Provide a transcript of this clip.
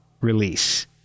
release